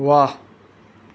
વાહ